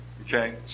Okay